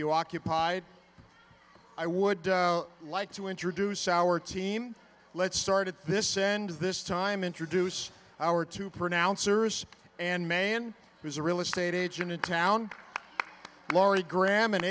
you occupied i would like to introduce our team let's start at this end this time introduce our two pronouncers and man who's a real estate agent in town laurie graham an